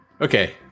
Okay